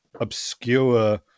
obscure